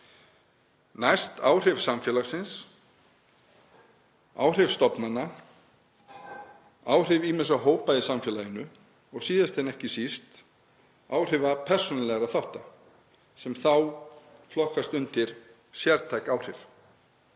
næst áhrif samfélagsins, áhrif stofnana, áhrif ýmissa hópa í samfélaginu og síðast en ekki síst áhrifa persónulegra þátta sem þá flokkast undir sértæk áhrif.